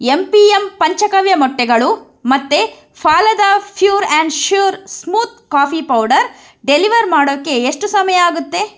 M P M Panchagavya ಮೊಟ್ಟೆಗಳು ಮತ್ತೆ Phalada pure and sure smooth coffee powder deliver ಮಾಡೋಕ್ಕೆ ಎಷ್ಟು ಸಮಯ ಆಗುತ್ತೆ